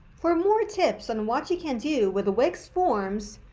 for more tips on what you can do with wix forms,